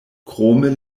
krome